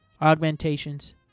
augmentations